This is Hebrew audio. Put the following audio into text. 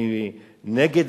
אני נגד,